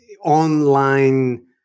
online